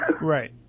Right